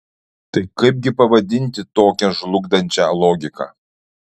tai kaipgi pavadinti tokią žlugdančią logiką